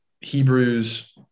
Hebrews